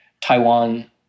Taiwan